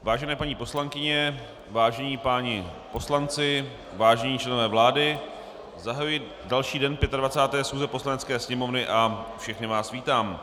Vážené paní poslankyně, vážení páni poslanci, vážení členové vlády, zahajuji další den 25. schůze Poslanecké sněmovny a všechny vás vítám.